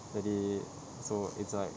jadi so it's like